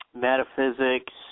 metaphysics